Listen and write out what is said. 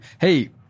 Hey